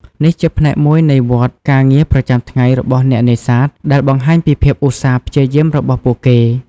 នេះជាផ្នែកមួយនៃវដ្តការងារប្រចាំថ្ងៃរបស់អ្នកនេសាទដែលបង្ហាញពីភាពឧស្សាហ៍ព្យាយាមរបស់ពួកគេ។